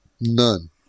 None